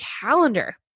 calendar